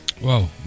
Whoa